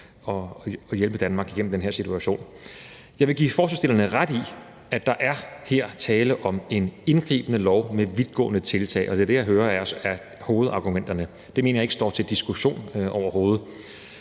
at hjælpe Danmark igennem den her situation. Kl. 12:46 Jeg vil give forslagsstillerne ret i, at der her er tale om en indgribende lov med vidtgående tiltag, og det er det, jeg hører er hovedargumenterne. Det mener jeg overhovedet ikke står til diskussion. Tiltagene